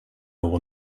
will